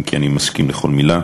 אם כי אני מסכים לכל מילה.